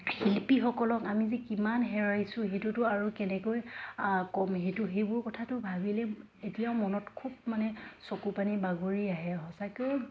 শিল্পীসকলক আমি যে কিমান হেৰাইছোঁ সেইটোতো আৰু কেনেকৈ কম সেইটো সেইবোৰ কথাটো ভাবিলে এতিয়াও মনত খুব মানে চকুপানী বাগৰি আহে সঁচাকৈ